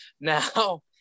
Now